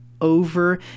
over